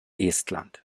estland